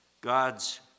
God's